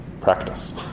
practice